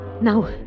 Now